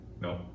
No